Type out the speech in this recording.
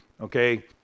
Okay